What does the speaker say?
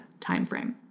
timeframe